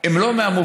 הם לא מהמובילים.